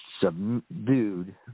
subdued